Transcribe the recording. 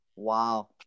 wow